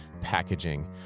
packaging